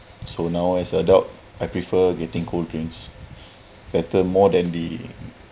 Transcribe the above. so now as adult I prefer getting cold drinks better more than the